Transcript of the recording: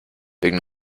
wegen